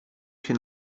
się